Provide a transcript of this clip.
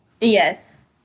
Yes